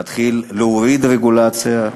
להתחיל להוריד רגולציה,